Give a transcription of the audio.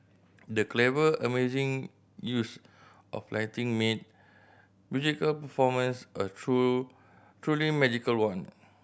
the clever amazing use of lighting made musical performance a true truly magical one